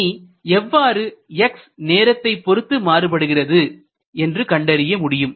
இனி எவ்வாறு x நேரத்தைப் பொருத்து மாறுபடுகிறது என்று கண்டறிய முடியும்